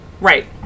Right